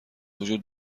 وجود